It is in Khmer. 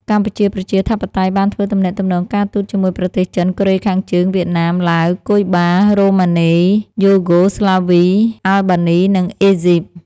កម្ពុជាប្រជាធិបតេយ្យបានធ្វើទំនាក់ទំនងការទូតជាមួយប្រទេសចិន កូរ៉េខាងជើង វៀតណាម ឡាវ គុយបា រូម៉ានី យូហ្គោស្លាវី អាល់បានី និងអេហ្ស៊ីប ។